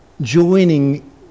joining